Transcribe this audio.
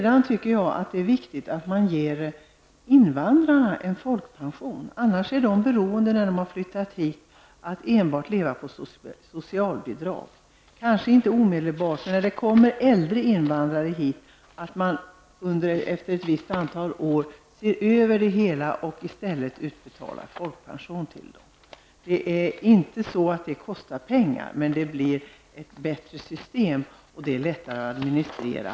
Jag tycker att det är viktigt att man ger invandrarna en folkpension. Annars är de beroende av att enbart leva på socialbidrag. När de gäller äldre invandrare bör man efter ett visst antal år se över det hela och i stället utbetala folkpension till dem. Det är inte fråga om att det kostar pengar, men det blir ett bättre system, det är lättare att administrera.